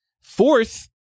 Fourth